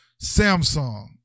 Samsung